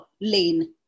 lane